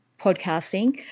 podcasting